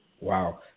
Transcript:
Wow